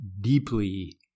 deeply